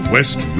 West